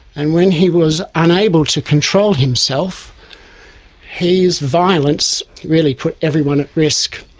and when he was unable to control himself his violence really put everyone at risk.